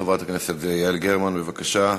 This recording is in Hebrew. חברת הכנסת יעל גרמן, בבקשה,